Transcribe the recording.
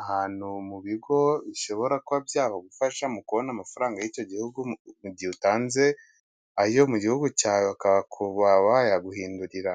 ahantu mu bigo bishobora kuba byagufasha mu kubona amafaranga y'icyo gihugu, mu gihe utanze ayo mu gihugu cyawe bakaba bayaguhindurira.